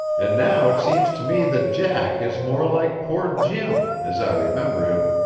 and now it seems to me that jack is more like poor jim, as i remember him,